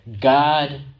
God